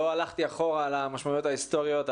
לא הלכתי אחורה למשמעויות ההיסטוריות,